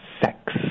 sex